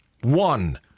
One